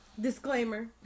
Disclaimer